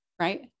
right